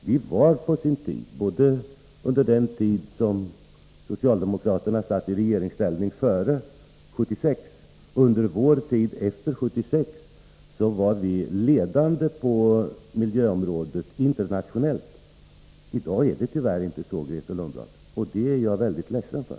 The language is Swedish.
Vi var på sin tid — både under den tid som socialdemokraterna satt i regeringsställning före 1976 och under vår tid efter 1976 — ledande på miljöområdet, internationellt. I dag är det tyvärr inte så, Grethe Lundblad, och det är jag mycket ledsen för.